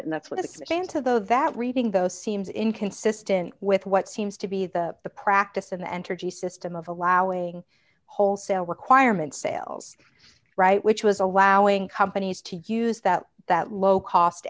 it and that's what it's aimed to though that reading though seems inconsistent with what seems to be the the practice in the entergy system of allowing wholesale requirement sales right which was allowing companies to use that that low cost